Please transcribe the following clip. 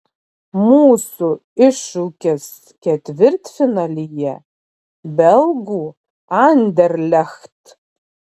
mūsų iššūkis ketvirtfinalyje belgų anderlecht